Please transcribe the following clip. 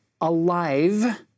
alive